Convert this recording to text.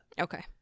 Okay